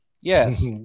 yes